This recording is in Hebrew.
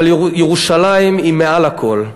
אבל ירושלים היא מעל הכול.